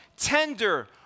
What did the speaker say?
tender